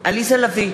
עליזה לביא,